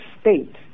state